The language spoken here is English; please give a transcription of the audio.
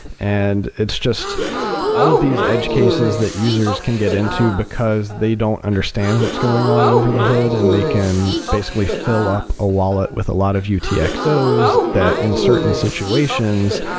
and it's just all of these edge cases that users can get into because they don't understand what's going on over the hood and they can basically fill up a wallet with a lot of utxo's, that in certain situations,